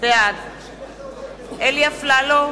בעד אלי אפללו,